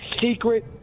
secret